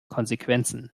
konsequenzen